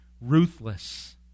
ruthless